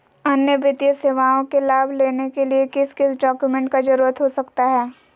अन्य वित्तीय सेवाओं के लाभ लेने के लिए किस किस डॉक्यूमेंट का जरूरत हो सकता है?